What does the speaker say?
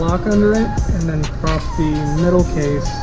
like under it and then prop the middle case